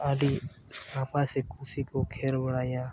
ᱟᱹᱰᱤ ᱱᱟᱯᱟᱭ ᱥᱮ ᱠᱩᱥᱤᱠᱚ ᱠᱷᱮᱹᱞ ᱵᱟᱲᱟᱭᱟ